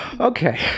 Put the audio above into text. Okay